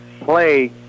play